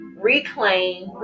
reclaim